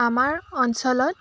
আমাৰ অঞ্চলত